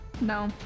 No